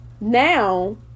Now